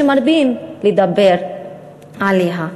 שמרבים לדבר עליה.